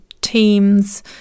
teams